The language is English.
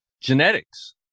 genetics